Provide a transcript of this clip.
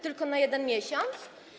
Tylko na jeden miesiąc?